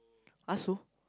ask lor